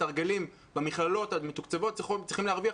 מתרגלים במכללות המתוקצבות צריכים להרוויח